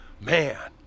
man